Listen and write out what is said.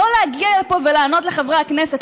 לא להגיע לפה ולענות לחברי הכנסת,